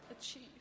achieve